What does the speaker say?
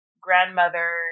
grandmother